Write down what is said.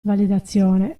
validazione